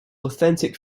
authentic